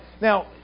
now